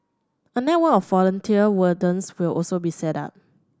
a network of volunteer wardens will also be set up